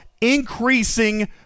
increasing